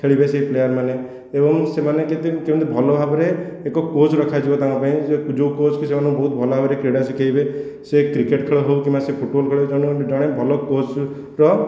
ଖେଳିବେ ସେ ପ୍ଲେୟାରମାନେ ଏବଂ ସେମାନେ କେତେ କେମିତି ଭଲ ଭାବରେ ଏକ କୋଚ ରଖାଯିବ ତାଙ୍କ ପାଇଁ ଯେଉଁ କୋଚ କି ସେମାନଙ୍କୁ ବହୁ ଭଲ ଭାବରେ କ୍ରୀଡ଼ା ଶିଖାଇବେ ସିଏ କ୍ରିକେଟ ଖେଳ ହେଉ କିମ୍ବା ସେ ଫୁଟବଲ ଖେଳ ହେଉ ତେଣୁ ଜଣେ ଭଲ କୋଚର